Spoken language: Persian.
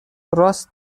راست